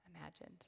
imagined